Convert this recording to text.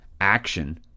action